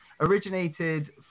originated